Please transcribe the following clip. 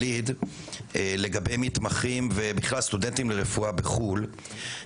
לגבי מתמחים וסטודנטים לרפואה בחו"ל בכלל,